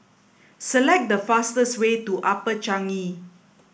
select the fastest way to Upper Changi